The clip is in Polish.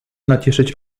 nacieszyć